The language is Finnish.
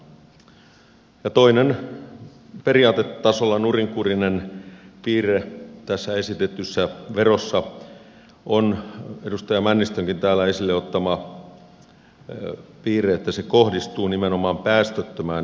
toinen periaatetasolla nurinkurinen piirre tässä esitetyssä verossa on edustaja männistönkin täällä esille ottama piirre että se kohdistuu nimenomaan päästöttömään energiantuotantoon